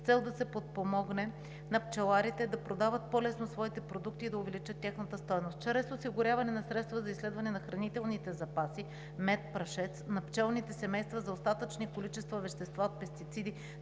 цел да се подпомогнат пчеларите да продават по-лесно своите продукти и да увеличат тяхната стойност. Чрез осигуряване на средства за изследване на хранителните запаси – мед, прашец на пчелните семейства, за остатъчни количества вещества от пестициди